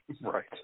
Right